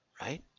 right